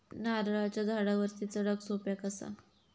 नारळाच्या झाडावरती चडाक सोप्या कसा?